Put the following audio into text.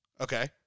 Okay